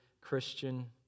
Christian